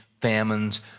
famines